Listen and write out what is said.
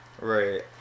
Right